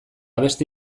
beste